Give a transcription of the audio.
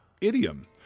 idiom